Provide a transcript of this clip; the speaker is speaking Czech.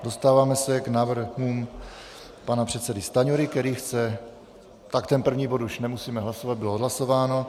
Dostáváme se k návrhům pana předsedy Stanjury, který chce ten první bod už nemusíme hlasovat, bylo odhlasováno.